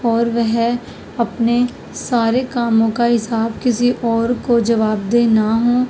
اور وہ اپنے سارے کاموں کا حساب کسی اور کو جواب دہ نہ ہوں